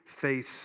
face